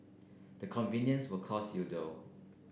the convenience will cost you though